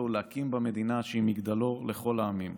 ולהקים בה מדינה שהיא מגדלור לכל העמים.